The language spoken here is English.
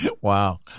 wow